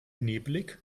nebelig